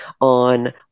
on